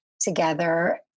together